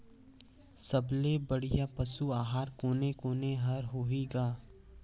सबले बढ़िया पशु आहार कोने कोने हर होही ग?